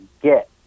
get